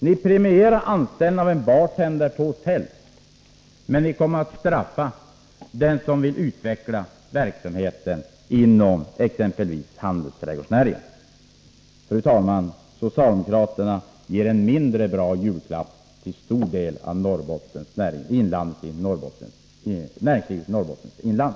Ni premierar anställning av en bartender på hotell, men ni straffar den som vill utveckla verksamheten inom exempelvis handelsträdgårdsnäringen. Fru talman! Socialdemokraterna ger en mindre bra julklapp till en stor del av näringslivet i Norrbottens inland.